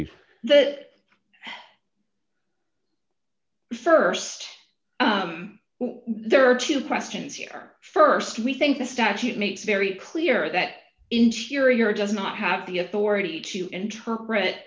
but that first there are two questions here st we think the statute makes very clear that interior does not have the authority to interpret